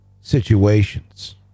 situations